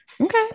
Okay